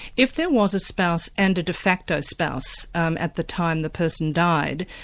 if there was a spouse and a de facto spouse um at the time the person died,